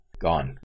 gone